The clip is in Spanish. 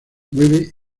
mueve